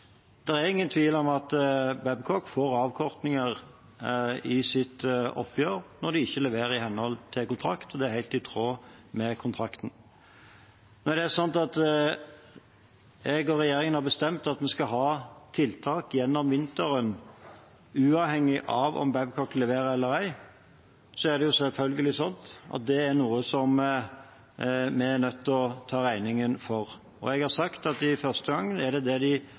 er ingen tvil om at Babcock får avkortninger i sitt oppgjør når de ikke leverer i henhold til kontrakt, og det er helt i tråd med kontrakten. Når jeg og regjeringen har bestemt at vi skal ha tiltak gjennom vinteren uavhengig av om Babcock leverer eller ei, er det selvfølgelig noe vi er nødt til å ta regningen for. Jeg har sagt at det i første omgang er de regionale helseforetakene, basert på eierskap, som tar den regningen, men at regjeringen vil vurdere dette fram mot revidert budsjett. Det